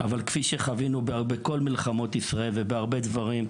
כפי שחווינו בכל מלחמות ישראל ובהרבה דברים,